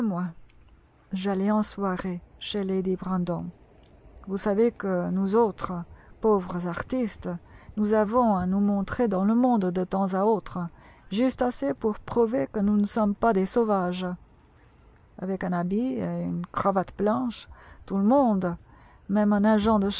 j'allais en soirée chez lady brandon vous savez que nous autres pauvres artistes nous avons à nous montrer dans le monde de temps à autre juste assez pour prouver que nous ne sommes pas des sauvages avec un habit et une cravate blanche tout le monde même un agent de